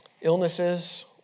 Illnesses